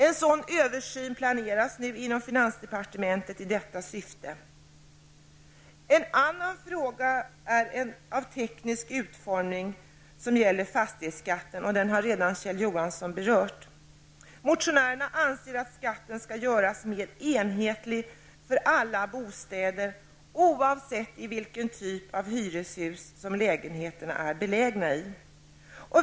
En översyn planeras nu inom finansdepartementet i detta syfte. En annan fråga gäller den tekniska utformningen av fastighetsskatten. Kjell Johansson har redan berört denna fråga. Motionären anser att skatten skall göras mer enhetlig för alla bostäder, oavsett vilken typ av hyreshus som lägenheterna är belägna i.